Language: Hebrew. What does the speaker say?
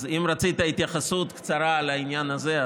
אז אם רצית התייחסות קצרה על העניין הזה,